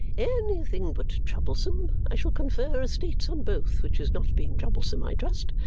anything but troublesome. i shall confer estates on both which is not being troublesome, i trust?